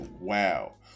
wow